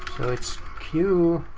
so it's q,